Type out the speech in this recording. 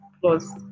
plus